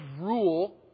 rule